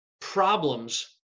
problems